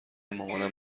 مامانم